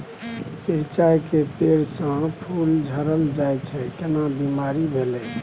मिर्चाय के पेड़ स फूल झरल जाय छै केना बीमारी भेलई?